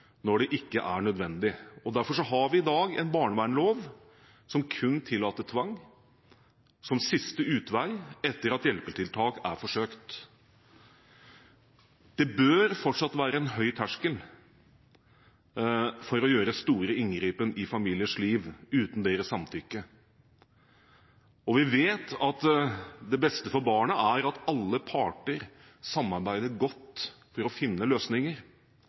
når det ikke er nødvendig. Derfor har vi i dag en barnevernslov som kun tillater tvang som siste utvei etter at hjelpetiltak er forsøkt. Det bør fortsatt være en høy terskel for å gjøre stor inngripen i familiers liv uten deres samtykke. Vi vet at det beste for barnet er at alle parter samarbeider godt for å finne løsninger.